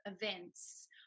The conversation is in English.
events